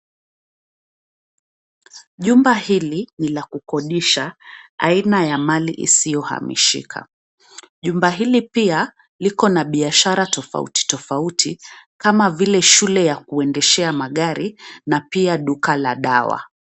Jumba hili ni la kukodisha aina ya mali isiyohamishika. Jumba hili pia liko na biashara tofauti tofauti kama vile shule ya kuendeshea magari na pia duka la dawa.